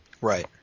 right